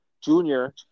junior